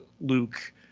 Luke